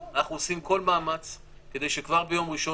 אנחנו עושים כל מאמץ כדי שכבר ביום ראשון